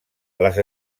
les